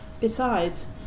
Besides